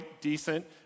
decent